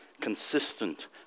consistent